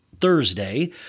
Thursday